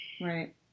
right